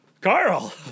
Carl